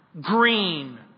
Green